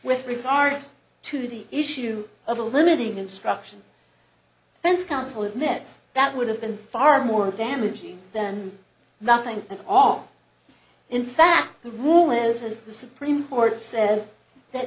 with regard to the issue of a limiting instruction fence counsel it nets that would have been far more damaging than nothing at all in fact the rule is as the supreme court says that